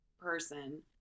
person